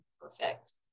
perfect